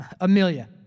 Amelia